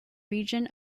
region